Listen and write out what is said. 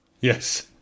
yes